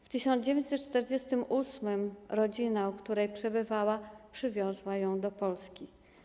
W 1948 r. rodzina, u której przebywała, przywiozła ją do Polski.